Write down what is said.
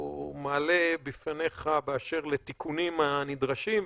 מעלה בפניך באשר לתיקונים הנדרשים,